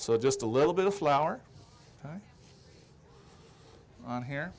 so just a little bit of flour on here